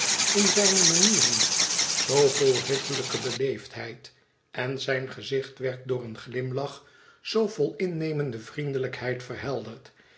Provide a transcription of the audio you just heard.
in zijne manieren zoo vol ridderlijke beleefdheid en zijn gezicht werd door een glimlach zoo vol innemende vriendelijkheid verhelderd